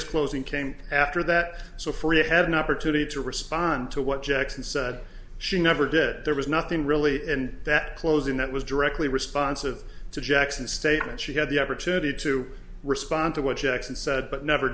his closing came after that so free ahead an opportunity to respond to what jackson said she never did there was nothing really in that closing that was directly responsive to jackson's statement she had the opportunity to respond to what jackson said but never